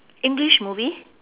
english movie